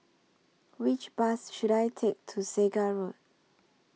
Which Bus should I Take to Segar Road